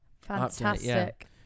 Fantastic